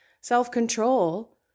self-control